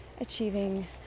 achieving